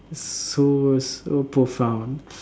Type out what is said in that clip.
so so profound